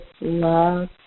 love